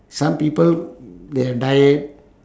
some people they have diet